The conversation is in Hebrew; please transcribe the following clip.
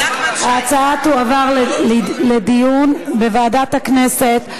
ההצעה תועבר לדיון בוועדת הכנסת,